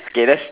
okay that's